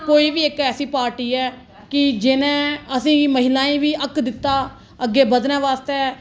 कोई बी इक ऐसी पार्टी ऐ कि जिनें असेंगी महिलांए भी हक दित्ता अग्गै बधने आस्ता और साढ़ियां भैना ना